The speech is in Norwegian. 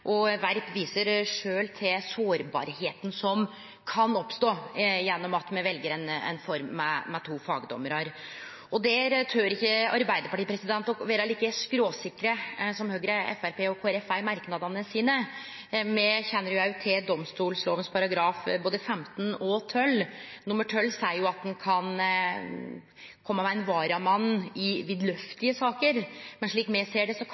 sak. Werp viser sjølv til sårbarheita som kan oppstå gjennom at me vel ei form med to fagdommarar. Der tør ikkje Arbeidarpartiet vere like skråsikre som Høgre, Framstegspartiet og Kristeleg Folkeparti er i merknadene sine. Me kjenner òg til domstolloven, både § 15 og § 12. Paragraf 12 seier at ein kan kome med ein varamann i vidløftige saker, men slik me ser det, kan